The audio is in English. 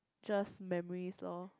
just memorise lor